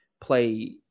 play